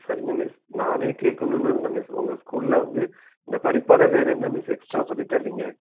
சரிங்க மிஸ் நானே கேட்கணும்னு இருந்தேன் மிஸ் உங்கள் ஸ்கூலில் வந்து இந்த படிப்போடு வேறு என்ன மிஸ் எக்ஸ்ட்ரா சொல்லித் தர்றீங்க